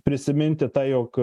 prisiminti tai jog